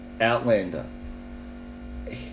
Outlander